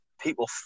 people